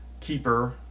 keeper